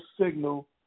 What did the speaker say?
signal